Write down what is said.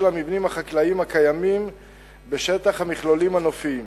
המבנים החקלאיים הקיימים בשטח המכלולים הנופיים.